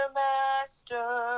master